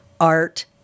art